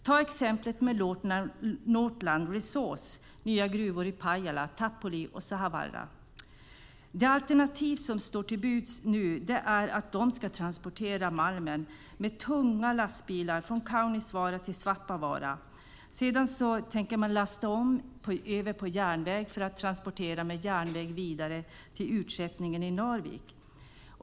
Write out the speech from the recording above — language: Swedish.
Ta exemplet med Northland Resources nya gruvor i Pajala, Tapoli och Sahavaara. Det alternativ som står till buds nu är att de ska transportera malmen med tunga lastbilar från Kaunisvaara till Svappavaara. Sedan tänker man lasta över på järnväg för att transportera vidare till utskeppningen i Narvik.